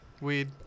Weed